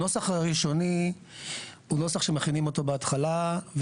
הנוסח הראשוני הוא נוסח שמכינים אותו בהתחלה,